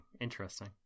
interesting